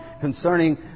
concerning